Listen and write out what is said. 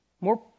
More